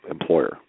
employer